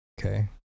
Okay